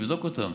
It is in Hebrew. נבדוק אותם.